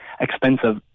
expensive